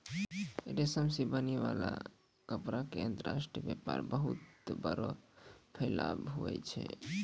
रेशम से बनै वाला कपड़ा के अंतर्राष्ट्रीय वेपार बहुत बड़ो फैलाव हुवै छै